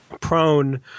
prone